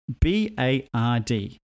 B-A-R-D